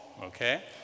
okay